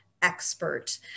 expert